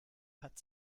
hat